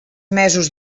mesos